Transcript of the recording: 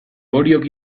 oriok